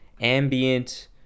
ambient